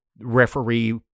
referee